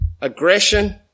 aggression